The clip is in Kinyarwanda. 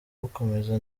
bukomeza